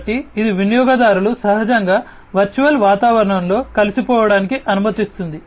కాబట్టి ఇది వినియోగదారులు సహజంగా వర్చువల్ వాతావరణంలో కలిసిపోవడానికి అనుమతిస్తుంది